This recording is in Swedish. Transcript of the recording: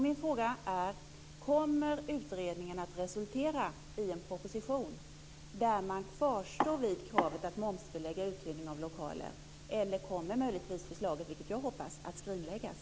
Min fråga är: Kommer utredningen att resultera i en proposition där man kvarstår vid kravet på att man ska momsbelägga uthyrning av lokaler? Eller kommer möjligtvis förslaget, vilket jag hoppas, att skrinläggas?